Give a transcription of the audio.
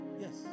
Yes